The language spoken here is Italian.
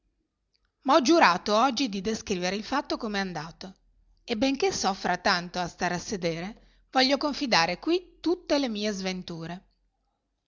ho giurato oggi di descrivere il fatto come è andato e benché soffra tanto a stare a sedere voglio confidare qui tutte le mie sventure